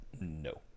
No